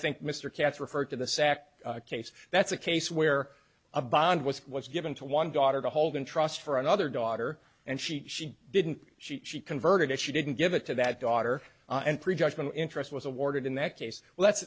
think mr katz referred to the sac case that's a case where a bond was was given to one daughter to hold in trust for another daughter and she didn't she she converted if she didn't give it to that daughter and prejudgment interest was awarded in that case